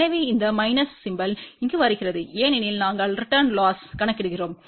எனவே இந்த minus symbol இங்கு வருகிறது ஏனெனில் நாங்கள் ரிடன் லொஸ்க் கணக்கிடுகிறோம்